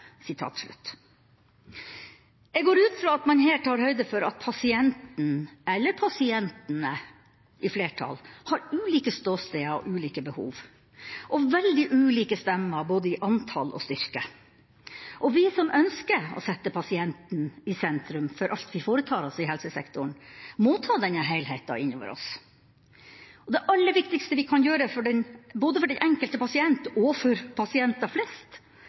Jeg går ut fra at man her tar høyde for at pasienten eller pasientene, i flertall, har ulike ståsteder, ulike behov og veldig ulike stemmer, både i antall og i styrke. Og vi som ønsker å sette pasienten i sentrum for alt vi foretar oss i helsesektoren, må ta denne helheten inn over oss. Det aller viktigste vi kan gjøre, både for den enkelte pasient og for pasienter flest,